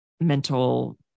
mental